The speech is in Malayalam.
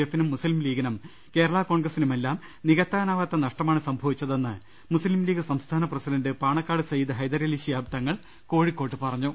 എഫിനും മുസ്ലിം ലീഗിനും കേരളാകോൺഗ്രസ്സിനുമെല്ലാം നിക ത്താനാവാത്ത നഷ്ടമാണ് സംഭവിച്ചതെന്ന് മുസ്ലീം ലീഗ് സംസ്ഥാന പ്ര സിഡന്റ് പാണക്കാട് സയ്യിദ് ഹൈദരലി ശിഹാബ് തങ്ങൾ കോഴിക്കോട് പറഞ്ഞു